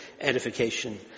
edification